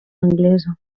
anglesa